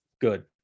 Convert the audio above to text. good